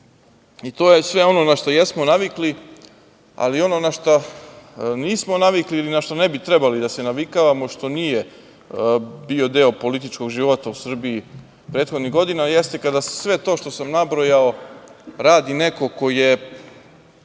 je sve ono na šta jesmo navikli, ali ono na šta nismo navikli, ili na šta ne bi trebali da se navikavamo, što nije bio deo političkog života u Srbiji, prethodnih godina, jeste kada se sve to što sam nabrojao, radi neko ko je